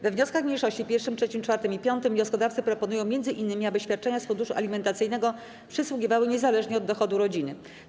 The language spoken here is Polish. We wnioskach mniejszości 1., 3., 4. i 5. wnioskodawcy proponują m.in., aby świadczenia z funduszu alimentacyjnego przysługiwały niezależnie od dochodu rodziny.